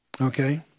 Okay